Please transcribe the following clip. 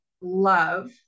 love